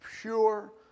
pure